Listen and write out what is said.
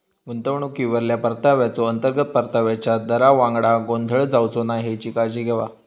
गुंतवणुकीवरल्या परताव्याचो, अंतर्गत परताव्याच्या दरावांगडा गोंधळ जावचो नाय हेची काळजी घेवा